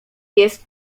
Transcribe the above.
jest